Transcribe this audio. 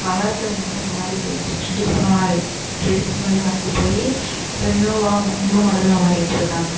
கலாச்சாரங்களே மாறி போயிடுத்து ட்ரெடிஷனலாக ட்ரெடிஷனலே மறந்து போய் இப்போ நியூவாக நியூ மாடலில் மாறிக்கிட்டு இருக்காங்க